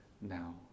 now